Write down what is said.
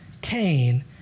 Cain